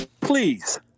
Please